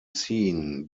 seen